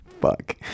Fuck